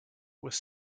with